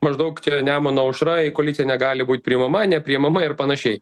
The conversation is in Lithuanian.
maždaug čia nemuno aušra į koaliciją negali būt priimama nepriimama ir panašiai